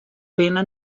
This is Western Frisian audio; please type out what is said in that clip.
binne